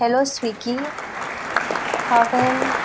hello Swiggy हांवें